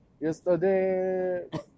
yesterday